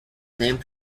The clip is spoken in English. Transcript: named